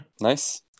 Nice